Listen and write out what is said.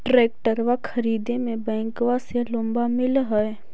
ट्रैक्टरबा खरीदे मे बैंकबा से लोंबा मिल है?